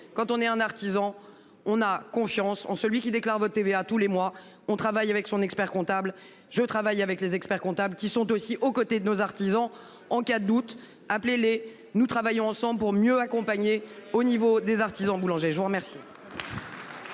quand on est un artisan, on a confiance en celui qui déclare votre TVA tous les mois on travaille avec son expert-comptable. Je travaille avec les experts comptable qui sont aussi aux côtés de nos artisans en cas de doute, appelez les nous travaillons ensemble pour mieux accompagner au niveau des artisans boulangers, je vous remercie.